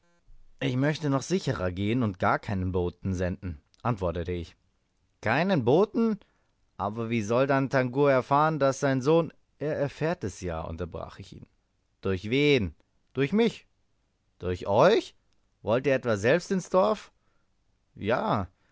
ich möchte noch sicherer gehen und gar keinen boten senden antwortete ich keinen boten aber wie soll da tangua erfahren daß sein sohn er erfährt es ja unterbrach ich ihn durch wen durch mich durch euch wollt ihr etwa selbst ins dorf ja